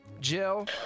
Jill